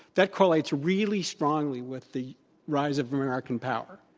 that correlates really strongly with the rise of american power.